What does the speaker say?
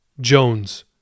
Jones